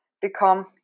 become